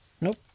Nope